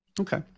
okay